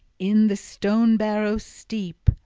in the stone-barrow steep.